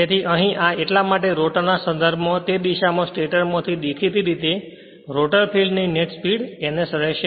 તેથી અહીં આ એટલા માટે રોટર ના સંદર્ભમાં તે જ દિશામાં સ્ટેટર માંથી દેખાતી રીતે રોટર ફીલ્ડ ની નેટ સ્પીડ ns રહેશે